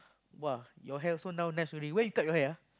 !wah! your hair also now nice already where you cut your hair ah